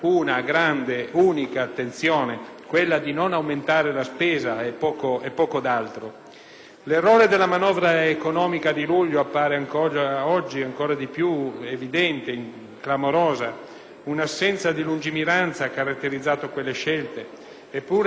L'errore della manovra economica di luglio appare oggi ancora più evidente, clamorosa. Un' assenza di lungimiranza ha caratterizzato quelle scelte. Eppure già in occasione del dibattito parlamentare era stato avvertito il Governo che bisognava cambiare strada.